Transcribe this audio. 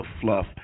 fluff